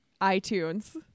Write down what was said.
iTunes